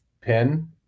Pin